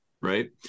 right